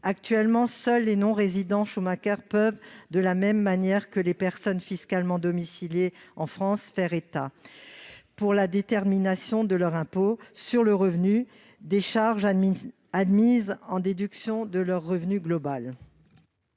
Actuellement, seuls les non-résidents Schumacker peuvent de la même manière que les personnes fiscalement domiciliées en France faire état, pour la détermination de leur impôt sur le revenu, des charges admises en déduction de leur revenu global.